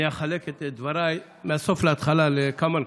אני אחלק את דבריי, מהסוף להתחלה, לכמה נקודות.